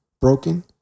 broken